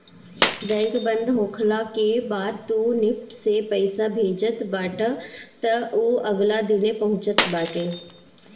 bank बंद होखला के बाद तू निफ्ट से पईसा भेजत बाटअ तअ उ अगिला दिने पहुँचत बाटे